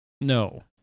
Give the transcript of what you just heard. No